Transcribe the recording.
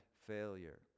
failure